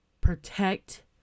protect